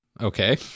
Okay